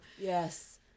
yes